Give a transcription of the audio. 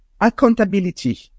accountability